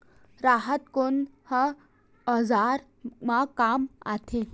राहत कोन ह औजार मा काम आथे?